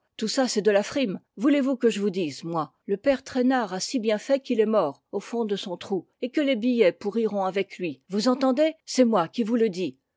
tout ça c'est de la frime voulez-vous que je vous dise moi eh bien le père traînard a si bien fait qu'il est mort au fond de son trou et que les billets pourriront avec lui vous entendez c'est moi qui vous le dis